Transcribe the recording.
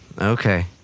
Okay